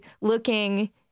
looking